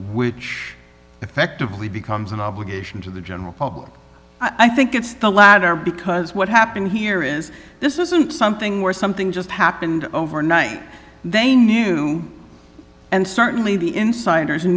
which effectively becomes an obligation to the general public i think it's the latter because what happened here is this isn't something where something just happened overnight they knew and certainly the insiders